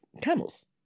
camels